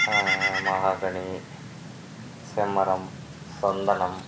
மகாகனி செம்மரம் சந்தனம்